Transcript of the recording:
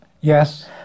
Yes